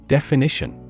Definition